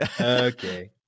okay